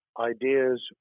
ideas